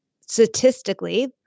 statistically